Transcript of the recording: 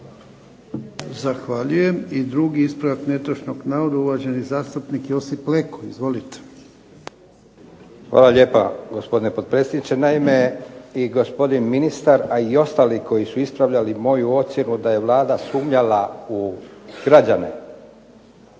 Zahvaljujem. I drugi ispravak netočnog navoda, uvaženi zastupnik Josip Leko. Izvolite. **Leko, Josip (SDP)** Hvala lijepa gospodine potpredsjedniče. Naime, i gospodin ministar, a i ostali koji su ispravljali moju ocjenu da je Vlada sumnjala u građane